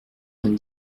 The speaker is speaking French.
vingt